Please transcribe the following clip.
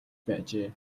байжээ